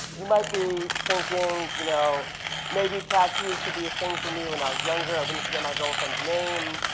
you might be thinking you know maybe tattoos could be a thing for me when and i was younger. i wouldn't forget my girlfriend's name.